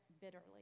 bitterly